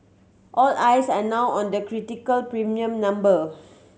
all eyes are now on the critical premium number